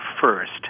first